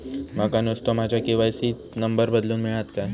माका नुस्तो माझ्या के.वाय.सी त नंबर बदलून मिलात काय?